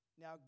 Now